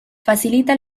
facilita